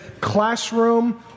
classroom